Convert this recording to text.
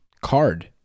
card